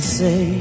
say